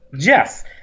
Yes